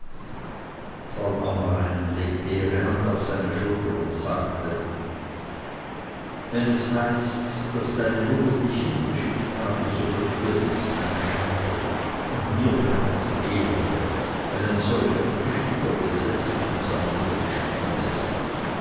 frau amrain legte ihre hand auf seine schulter und sagte wenn es heißt daß deine mutter dich hingeschickt habe so bringt dir dies keine schande und mir bringt es ehre wenn ein solcher tüchtiger gesell sich von seiner mutter schicken läßt